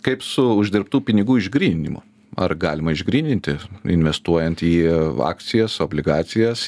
kaip su uždirbtų pinigų išgryninimu ar galima išgryninti investuojant į akcijas obligacijas